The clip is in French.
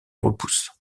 repousse